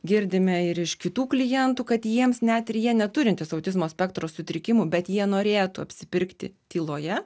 girdime ir iš kitų klientų kad jiems net ir jie neturintys autizmo spektro sutrikimų bet jie norėtų apsipirkti tyloje